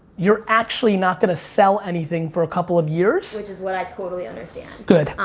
you're actually not gonna sell anything for a couple of years. which is what i totally understand. good.